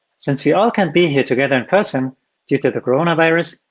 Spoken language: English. since we all can't be here together in person due to the coronavirus,